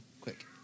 quick